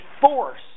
force